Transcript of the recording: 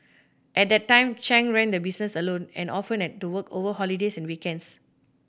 at that time Chung ran the business alone and often had to work over holidays and weekends